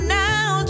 now